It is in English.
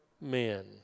men